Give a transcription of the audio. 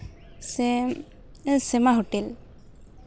ᱥᱮ ᱥᱮᱢᱟ ᱦᱳᱴᱮᱞ